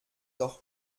doch